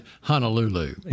Honolulu